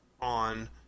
on